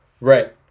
Right